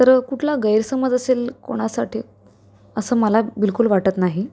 तर कुठला गैरसमज असेल कोणासाठी असं मला बिलकुल वाटत नाही